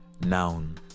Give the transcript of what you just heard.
Noun